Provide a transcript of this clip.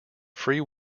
free